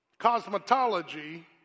cosmetology